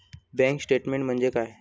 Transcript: Bank statement म्हणजे काय?